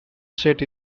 set